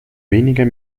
weniger